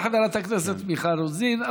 תודה לחברת הכנסת מיכל רוזין.